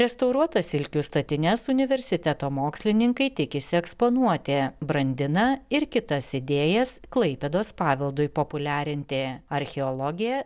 restauruotas silkių statines universiteto mokslininkai tikisi eksponuoti brandina ir kitas idėjas klaipėdos paveldui populiarinti archeologė